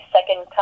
Second